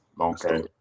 Okay